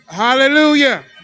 Hallelujah